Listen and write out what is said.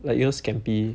like you know scampi